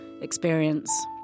experience